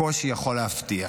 הקושי יכול להפתיע,